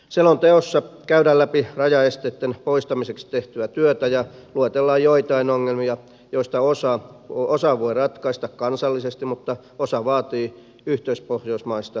selonteossa käydään läpi rajaesteitten poistamiseksi tehtyä työtä ja luetellaan joitain ongelmia joista osan voi ratkaista kansallisesti mutta osa vaatii yhteispohjoismaista työstämistä